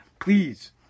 please